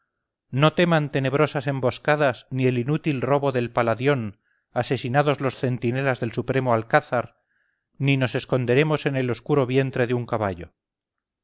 no teman tenebrosas emboscadas ni el inútil robo del paladión asesinados los centinelas del supremo alcázar ni nos esconderemos en el oscuro vientre de un caballo